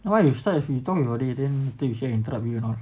then why you start if you talk about it then later you say I interrupt you know